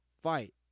fight